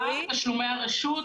חינוך.